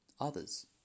Others